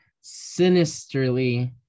sinisterly